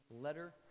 letter